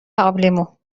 آبلیمو